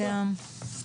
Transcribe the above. נכון.